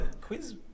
Quiz